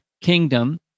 kingdom